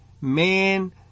man